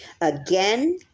again